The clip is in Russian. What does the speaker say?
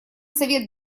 совет